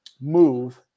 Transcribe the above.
move